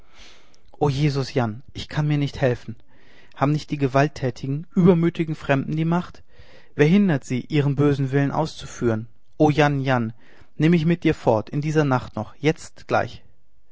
o jesus jan ich kann mir nicht helfen haben nicht die gewalttätigen übermütigen fremden die macht wer hindert sie ihren bösen willen auszuführen o jan jan nimm mich mit dir fort in dieser nacht noch jetzt gleich